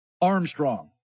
Armstrong